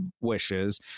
wishes